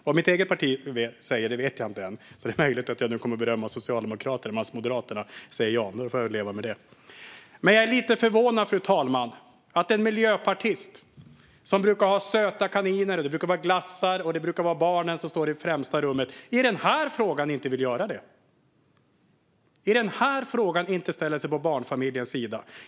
Vad mitt eget parti säger vet jag inte än, så det är möjligt att jag nu kommer att berömma Socialdemokraterna medan Moderaterna säger ja. Men då får jag väl leva med det! Jag är lite förvånad, fru talman. Miljöpartiet brukar ha söta kaniner och glassar, och det brukar vara barnen som står i främsta rummet. Men i den här frågan vill man inte låta barnen stå i främsta rummet. I den här frågan ställer man sig inte på barnfamiljens sida.